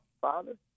Father